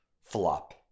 Flop